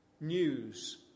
news